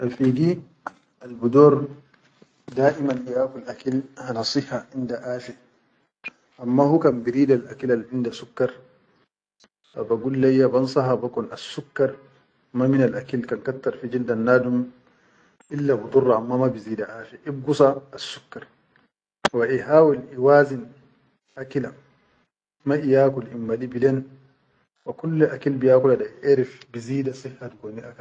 Rafigi al bidor daʼiman biya kul akil ha nasiha ha inda afe amma ka biridal akil al inda sukkar haw ba gullayya ban saha bekon assukkar ma minal akil takkarkar min jildal nadum ille bidor amma ma bizida afe ingusa assukkar wa ihawil iwazi akila ma iya kul in mali bilen wa kullu akil biya kula da biʼerif bi za da si ha.